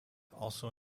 also